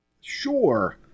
Sure